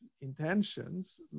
intentions